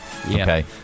Okay